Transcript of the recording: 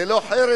זה לא חרם?